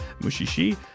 Mushishi